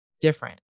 different